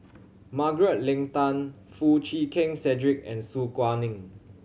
Margaret Leng Tan Foo Chee Keng Cedric and Su Guaning